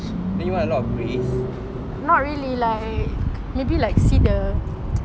then you want a lot of greys